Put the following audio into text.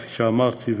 כפי שאמרתי,